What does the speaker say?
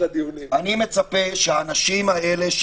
אני מצפה שאנשים האלה,